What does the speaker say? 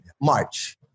March